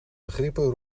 begrippen